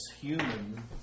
human